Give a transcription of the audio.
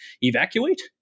evacuate